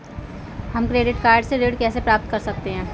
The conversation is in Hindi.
हम क्रेडिट कार्ड से ऋण कैसे प्राप्त कर सकते हैं?